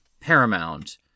Paramount